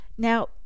Now